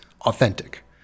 authentic